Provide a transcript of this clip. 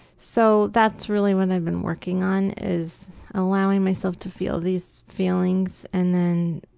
so that's really what i've been working on is allowing myself to feel these feelings and then